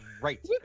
right